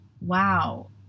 wow